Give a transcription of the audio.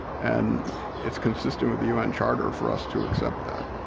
and it's consistent with the un charter for us to accept that.